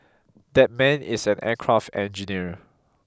that man is an aircraft engineer